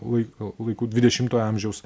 lai laikų dvidešimtojo amžiaus